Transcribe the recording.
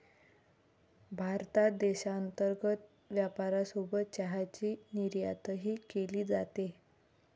भारतात देशांतर्गत वापरासोबत चहाची निर्यातही केली जाते